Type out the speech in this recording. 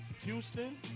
Houston